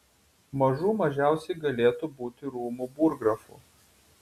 mažų mažiausiai galėtų būti rūmų burggrafu